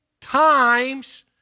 times